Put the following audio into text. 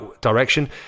direction